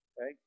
Okay